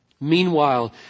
Meanwhile